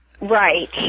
Right